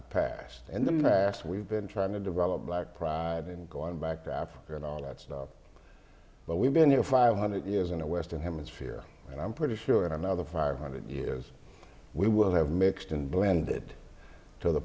the past and the max we've been trying to develop black pride in going back to africa and all that stuff but we've been here five hundred years in a western hemisphere and i'm pretty sure in another five hundred years we will have mixed and blended to the